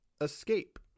Escape